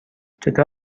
چطور